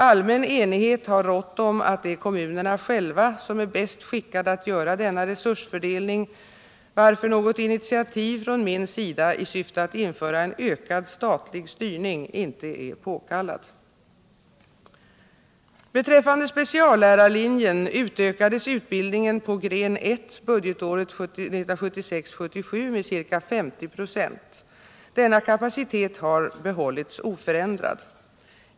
Allmän enighet har rått om att det är kommunerna själva som är bäst skickade att göra denna resursfördelning, varför något initiativ från min sida i syfte att införa en ökad statlig styrning inte är påkallad. Beträffande speciallärarlinjen utökades utbildningen på gren 1 budgetåret 1976/77 med ca 50 26. Denna kapacitet har behållits oförändrad.